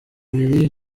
mubiri